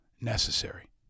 necessary